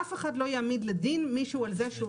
אף אחד לא יעמיד לדין מישהו על זה שהוא